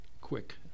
quick